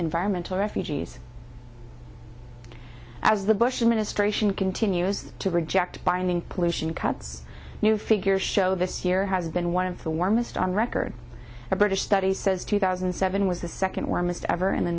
environmental refugees as the bush administration continues to reject binding pollution cuts new figures show this year has been one of the warmest on record a british study says two thousand and seven was the second warmest ever in the